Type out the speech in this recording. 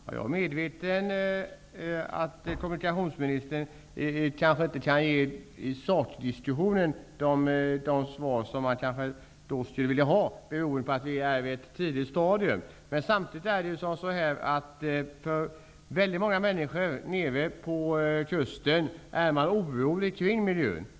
Fru talman! Jag är medveten om att kommunikationsministern i sakdiskussionen inte kan ge de svar som jag skulle vilja ha beroende på att vi är i ett tidigt stadium. Men samtidigt är många människor nere på kusten oroliga för miljön.